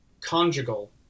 conjugal